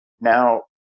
now